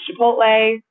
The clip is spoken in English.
Chipotle